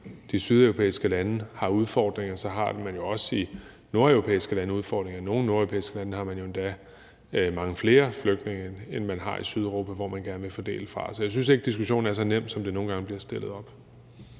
de sydeuropæiske lande har udfordringer, har man også i nordeuropæiske lande udfordringer. I nogle nordeuropæiske lande har man jo endda mange flere flygtninge, end man har i Sydeuropa, hvor man gerne vil fordele fra. Så jeg synes ikke, at diskussionen er så nem, som det nogle gange bliver stillet op.